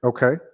Okay